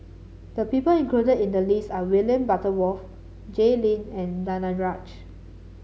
the people included in the list are William Butterworth Jay Lim and Danaraj